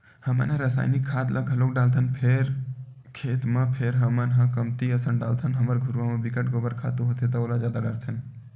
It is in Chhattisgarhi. हमन ह रायसायनिक खाद ल घलोक डालथन खेत म फेर हमन ह कमती असन डालथन हमर घुरूवा म बिकट के गोबर खातू होथे त ओला जादा डारथन